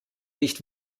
nicht